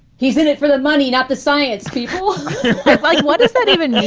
he's in it for the money, not the science people like what does that even.